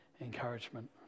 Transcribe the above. encouragement